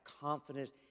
confidence